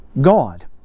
God